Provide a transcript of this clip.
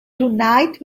tonight